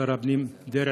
שר הפנים דרעי,